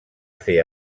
fer